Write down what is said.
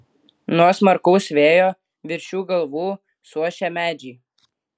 nuo smarkaus vėjo virš jų galvų suošia medžiai